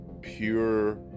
pure